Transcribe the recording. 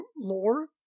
lore